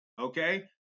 okay